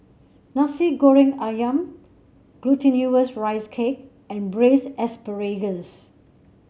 Nasi Goreng ayam Glutinous Rice Cake and Braised Asparagus